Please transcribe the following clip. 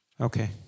Okay